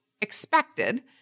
expected